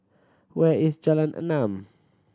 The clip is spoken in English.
where is Jalan Enam